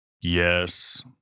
Yes